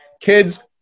kids